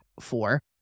four